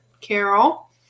Carol